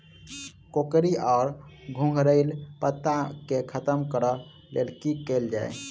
कोकरी वा घुंघरैल पत्ता केँ खत्म कऽर लेल की कैल जाय?